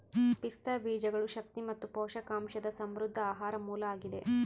ಪಿಸ್ತಾ ಬೀಜಗಳು ಶಕ್ತಿ ಮತ್ತು ಪೋಷಕಾಂಶದ ಸಮೃದ್ಧ ಆಹಾರ ಮೂಲ ಆಗಿದೆ